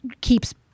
keeps